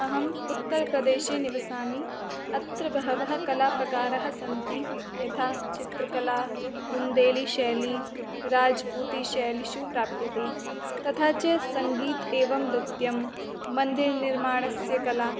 अहम् उत्तरप्रदेशे निवसामि अत्र बहवः कलाप्रकाराः सन्ति यथा चित्रकला बुन्देलीशैली राज्पूतिशैलीषु प्राप्यते तथा च सङ्गीतम् एवं नृत्यं मन्दिरनिर्माणस्य कला